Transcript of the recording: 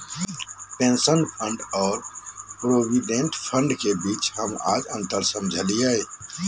pension fund और provident fund के बीच हम आज अंतर समझलियै